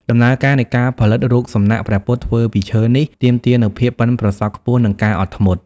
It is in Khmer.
ដំណើរការនៃការផលិតរូបសំណាកព្រះពុទ្ធធ្វើពីឈើនេះ ទាមទារនូវភាពប៉ិនប្រសប់ខ្ពស់ និងការអត់ធ្មត់។